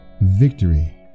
victory